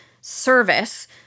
service